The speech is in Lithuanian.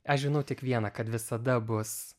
aš žinau tik viena kad visada bus